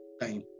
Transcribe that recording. time